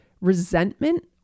resentment